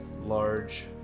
large